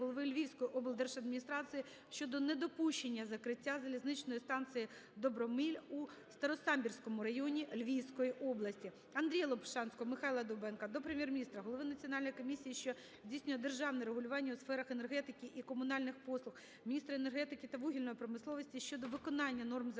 голови Львівської облдержадміністрації щодо недопущення закриття залізничної станції "Добромиль" у Старосамбірському районі Львівської області. АндріяЛопушанського, Михайла Довбенка до Прем'єр-міністра, Голови Національної комісії, що здійснює державне регулювання у сферах енергетики і комунальних послуг, міністра енергетики та вугільної промисловості щодо виконання норм Закону